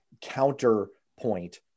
counterpoint